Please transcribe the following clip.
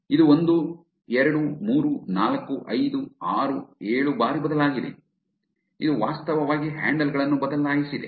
ಇದು ಒಂದು ಎರಡು ಮೂರು ನಾಲ್ಕು ಐದು ಆರು ಏಳು ಬಾರಿ ಬದಲಾಗಿದೆ ಇದು ವಾಸ್ತವವಾಗಿ ಹ್ಯಾಂಡಲ್ಗಳನ್ನು ಬದಲಾಯಿಸಿದೆ